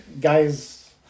guys